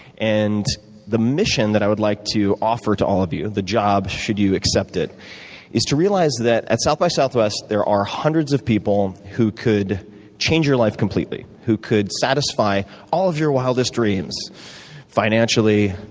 and the mission that i would like to offer to all of you the job should you accept it is to realize that at south by southwest, there are hundreds of people who could change your life completely, who could satisfy all of your wildest dreams financially,